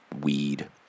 weed